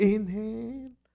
Inhale